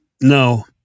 No